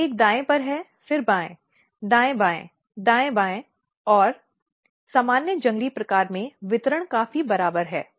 तो एक दाएं पर है फिर बाएं दाएं बाएं दाएं बाएं और सामान्य जंगली प्रकार में वितरण काफी बराबर है